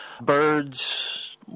birds